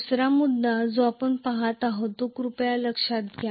दुसरा मुद्दा जो आपण पाहत आहोत तो कृपया लक्षात घ्या